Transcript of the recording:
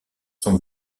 son